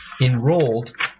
enrolled